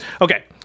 okay